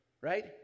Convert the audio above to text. right